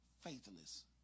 Faithless